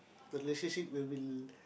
the relationship will be